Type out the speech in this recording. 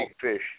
fish